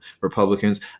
Republicans